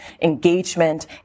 engagement